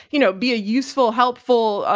you know, be a useful, helpful,